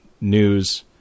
news